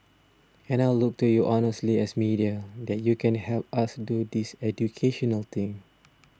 and I'll look to you honestly as media that you can help us do this educational thing